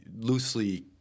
loosely